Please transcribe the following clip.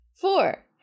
Four